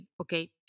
Okay